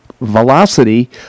velocity